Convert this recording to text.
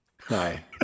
hi